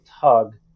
tug